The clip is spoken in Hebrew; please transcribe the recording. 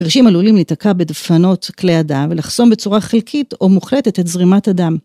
קרישים עלולים להיתקע בדפנות כלי הדם, ולחסום בצורה חלקית או מוחלטת את זרימת הדם.